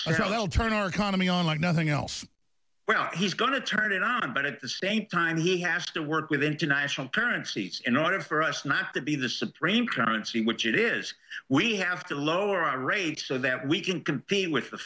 i'll turn our economy on like nothing else well he's going to turn it around but at the same time he has to work with international currencies in order for us not to be the supreme currency which it is we have to lower our rates so that we can compete with the